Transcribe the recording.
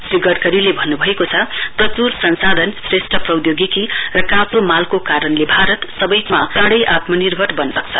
श्री गड़करीले भन्नुभएको छ प्रचुर संसाधन श्रेस्ठ प्रौधोगिकी र काँचो मालको कारणले भारत सबै क्षेत्रमा चाँडै आत्मानिर्भर बन्न सक्छ